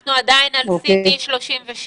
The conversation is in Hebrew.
אנחנו עדיין על CT 37?